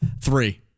Three